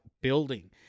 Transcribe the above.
building